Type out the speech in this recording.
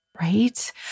right